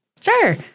Sure